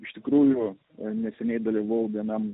iš tikrųjų eseniai dalyvavau vienam